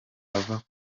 ava